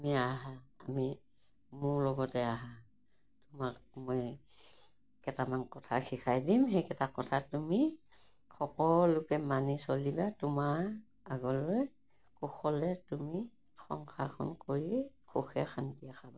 আমি আহা আমি মোৰ লগতে আহা তোমাক মই কেইটামান কথা শিকাই দিম সেইকেইটা কথা তুমি সকলোকে মানি চলিবা তোমাৰ আগলৈ কুশলে তুমি সংসাৰখন কৰি সুখে শান্তি খাবা